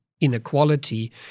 inequality